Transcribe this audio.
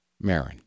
Marin